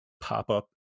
pop-up